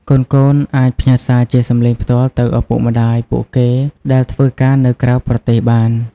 កូនៗអាចផ្ញើសារជាសម្លេងផ្ទាល់ទៅឪពុកម្ដាយពួកគេដែលធ្វើការនៅក្រៅប្រទេសបាន។